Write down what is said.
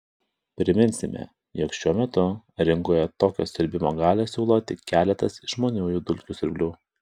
priminsime jog šiuo metu rinkoje tokią siurbimo galią siūlo tik keletas išmaniųjų dulkių siurblių